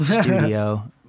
studio